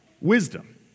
wisdom